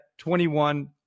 21